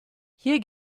hier